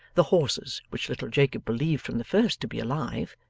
the horses which little jacob believed from the first to be alive,